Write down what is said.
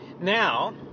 Now